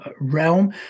realm